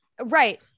Right